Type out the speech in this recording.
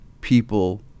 people